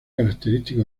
característico